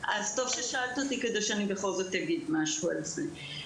אז טוב ששאלת אותי, כדי שבכל זאת אגיד משהו על זה.